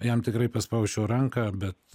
jam tikrai paspausčiau ranką bet